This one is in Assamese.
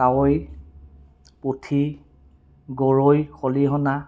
কাৱৈ পুঠি গৰৈ খলিহনা